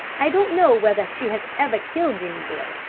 i don't know whether she has ever killed anybody,